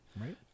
Right